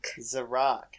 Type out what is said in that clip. Zarak